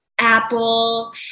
Apple